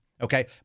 Okay